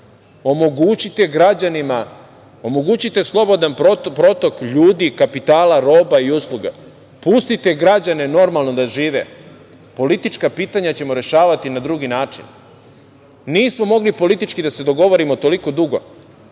omogućite slobodan protok ljudi, kapitala, roba i usluga. Pustite građane normalno da žive. Politička pitanja ćemo rešavati na drugi način. Nismo mogli politički da se dogovorimo toliko dugo,